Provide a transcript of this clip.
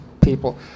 people